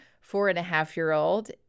four-and-a-half-year-old